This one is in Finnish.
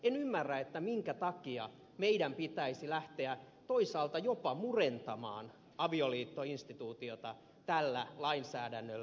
en ymmärrä minkä takia meidän pitäisi lähteä toisaalta jopa murentamaan avioliittoinstituutiota tällä lainsäädännöllä